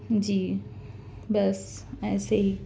جی بس ایسے ہی